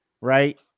right